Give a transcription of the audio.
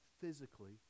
physically